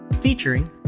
featuring